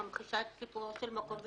הממחישה את סיפורו של מקום ותקופה".